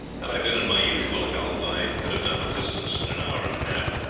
had i been in my usual health i could have done the distance in an hour and a half,